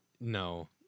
No